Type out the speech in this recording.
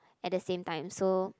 at the same time so